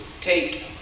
take